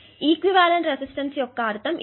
కాబట్టి equivalent resistance యొక్క అర్థం ఇదే